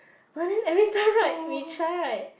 but then every time right we try right